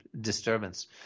disturbance